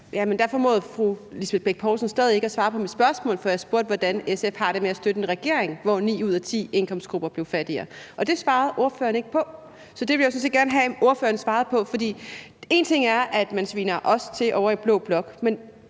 der formåede fru Lisbeth Bech-Nielsen stadig ikke at svare på mit spørgsmål. For jeg spurgte, hvordan SF har det med at støtte en regering, hvor ni ud af ti indkomstgrupper er blevet fattigere, og det svarede ordføreren ikke på. Så det ville jeg sådan set gerne have at ordføreren svarede på. For én ting er, at man sviner os ovre i blå blok